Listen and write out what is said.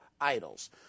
idols